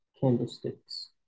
candlesticks